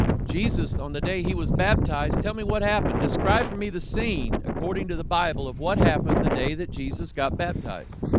jesus on the day he was baptized tell me what happened describe for me the scene according to the bible of what happened the day that jesus got baptized